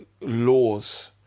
laws